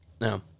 No